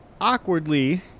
awkwardly